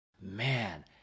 man